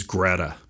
Greta